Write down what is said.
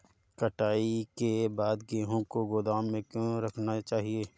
कटाई के बाद गेहूँ को गोदाम में क्यो रखना चाहिए?